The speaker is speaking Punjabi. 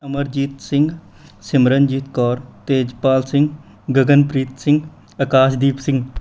ਅਮਰਜੀਤ ਸਿੰਘ ਸਿਮਰਨਜੀਤ ਕੌਰ ਤੇਜਪਾਲ ਸਿੰਘ ਗਗਨਪ੍ਰੀਤ ਸਿੰਘ ਅਕਾਸ਼ਦੀਪ ਸਿੰਘ